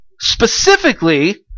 Specifically